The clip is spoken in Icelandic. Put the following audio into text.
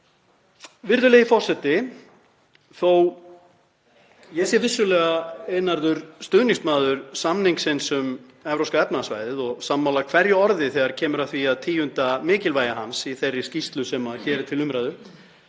Virðulegi forseti. Þótt ég sé vissulega einarður stuðningsmaður samningsins um Evrópska efnahagssvæðið og sammála hverju orði þegar kemur að því að tíunda mikilvægi hans í þeirri skýrslu sem hér er til umræðu